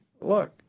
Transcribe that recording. Look